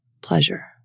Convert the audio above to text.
pleasure